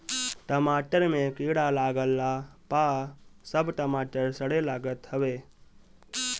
टमाटर में कीड़ा लागला पअ सब टमाटर सड़े लागत हवे